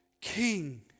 king